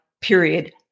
period